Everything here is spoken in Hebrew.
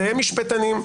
שניהם משפטנים,